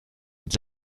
mit